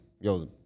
yo